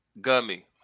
gummy